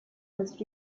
has